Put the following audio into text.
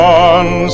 one